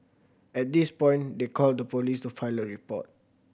at this point they called the police to file a report